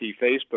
Facebook